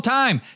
time